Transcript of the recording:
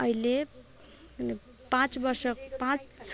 अहिले पाँच वर्ष पाँच